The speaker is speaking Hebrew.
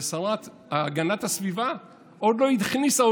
השרה להגנת הסביבה עוד לא הכניסה,